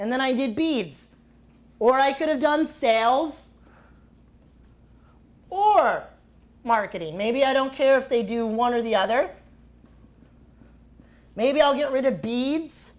then i did beads or i could have done sales or marketing maybe i don't care if they do one or the other maybe i'll get rid of beads